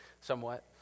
somewhat